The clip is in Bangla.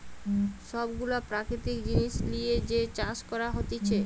সব গুলা প্রাকৃতিক জিনিস লিয়ে যে চাষ করা হতিছে